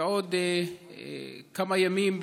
בעוד כמה ימים,